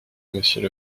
monsieur